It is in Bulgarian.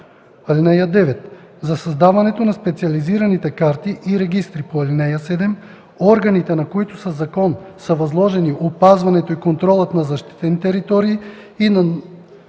(9) За създаването на специализираните карти и регистри по ал. 7 органите, на които със закон са възложени опазването и контролът на защитените територии и на